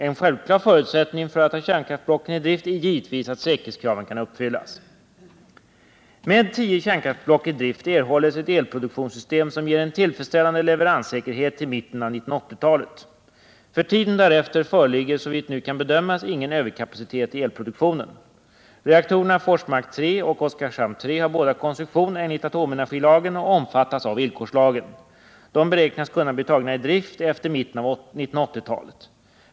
En självklar förutsättning för att ta kärnkraftblocken i drift är givetvis att säkerhetskraven kan uppfyllas. Med tio kärnkraftblock i drift erhålles ett elproduktionssystem som ger en tillfredsställande leveranssäkerhet till mitten av 1980-talet. För tiden därefter föreligger såvitt nu kan bedömas ingen överkapacitet i elproduktionen. Reaktorerna Forsmark 3 och Oskarshamn 3 har båda koncession enligt atomenergilagen och omfattas av villkorslagen. De beräknas kunna bli tagna i drift efter mitten av 1980-talet.